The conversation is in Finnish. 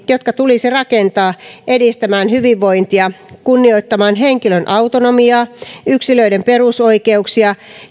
jotka tulisi rakentaa edistämään hyvinvointia kunnioittamaan henkilön autonomiaa yksilöiden perusoikeuksia